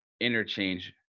interchange